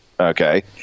Okay